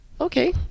okay